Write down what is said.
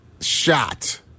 Shot